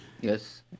Yes